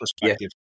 perspective